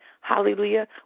hallelujah